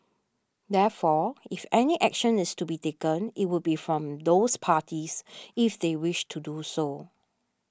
therefore if any action is to be taken it would be from those parties if they wish to do so